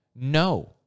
No